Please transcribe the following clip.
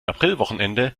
aprilwochenende